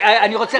אני רוצה,